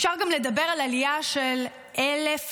אפשר גם לדבר על עלייה של 1,800%,